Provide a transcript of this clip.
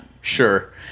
sure